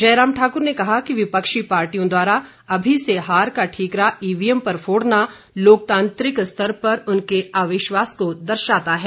जयराम ठाकुर ने कहा कि विपक्षी पार्टियों द्वारा अभी से हार का ठिकरा ईवीएम पर फोड़ना लोकतांत्रिक स्तर पर उनके अविश्वास को दर्शाता है